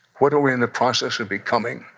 what are we in the process of becoming,